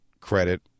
credit